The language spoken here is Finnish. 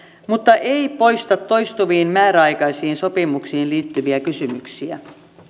mutta ei poista toistuviin määräaikaisiin sopimuksiin liittyviä kysymyksiä